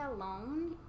alone